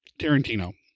Tarantino